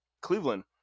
Cleveland